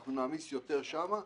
אנחנו נעמיס יותר שם',